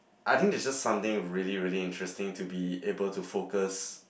I think it's just something really really interesting to be able to focus